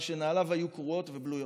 מכיוון שנעליו היו קרועות ובלויות.